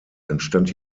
entstand